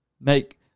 Make